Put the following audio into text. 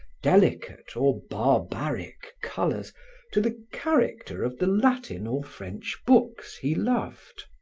delicate or barbaric colors to the character of the latin or french books he loved.